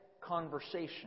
conversation